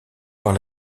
par